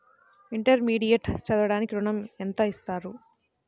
Intermediate చదవడానికి ఋణం ఎంత ఇస్తారు?